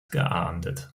geahndet